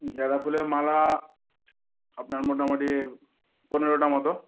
গাঁদা ফুলের মালা আপনার মোটামুটি পনেরোটা মতো